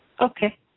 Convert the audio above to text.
Okay